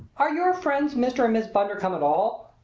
are your friends mr. and miss bundercombe at all?